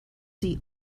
see